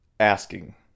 asking